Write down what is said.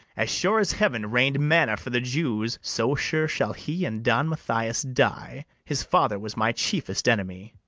as sure as heaven rain'd manna for the jews, so sure shall he and don mathias die his father was my chiefest enemy.